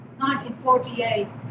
1948